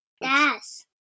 Yes